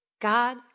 God